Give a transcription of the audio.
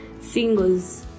singles